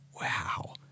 Wow